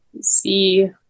See